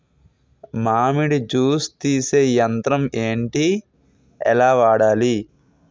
మామిడి జూస్ తీసే యంత్రం ఏంటి? ఎలా వాడాలి?